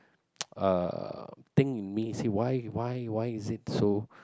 uh thing in me say why why why is it so